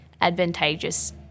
advantageous